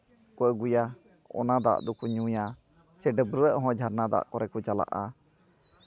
ᱠᱚ ᱟᱹᱜᱩᱭᱟ ᱚᱱᱟ ᱫᱟᱜ ᱫᱚᱠᱚ ᱧᱩᱭᱟ ᱥᱮ ᱰᱟᱹᱵᱨᱟᱹᱜ ᱦᱚᱸ ᱡᱷᱟᱨᱱᱟ ᱫᱟᱜ ᱠᱚᱨᱮ ᱠᱚ ᱪᱟᱞᱟᱜᱼᱟ